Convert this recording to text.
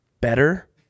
better